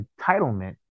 entitlement